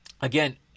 again